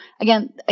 again